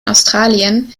australien